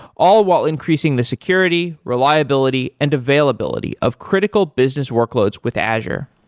all while increasing the security, reliability and availability of critical business workloads with azure.